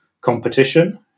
competition